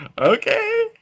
Okay